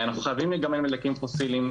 אנחנו חייבים להיגמל מדלקים פוסיליים,